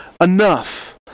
enough